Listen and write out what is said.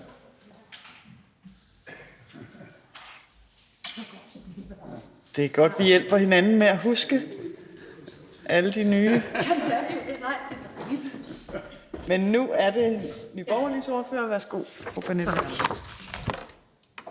det er godt, at vi hjælper hinanden med at huske alt det nye. Men nu er det Nye Borgerliges ordfører. Værsgo,